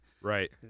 Right